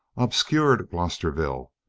obscured glosterville,